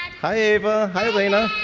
hi, ava, hi, elena.